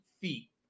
feet